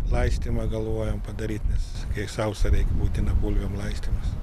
laistymą galvojam padaryt nes kai sausa reik būtina bulvėm laistymas